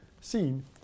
seen